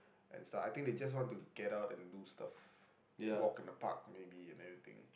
and so I think they just want to get out and do stuff walk in the park maybe and everything